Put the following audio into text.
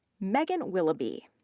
meghan willoughby,